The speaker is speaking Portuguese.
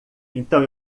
então